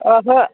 ओहो